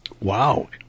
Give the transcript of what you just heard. Wow